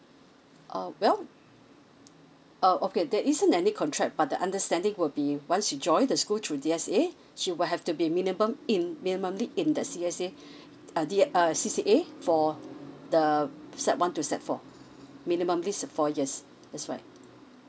uh well uh okay there isn't any contract but the understanding will be once you join the school through D S A she will have to be minimum in minimally in the C S A uh D uh C C A for the sec one to sec four minimally is four years that's why